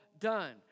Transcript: done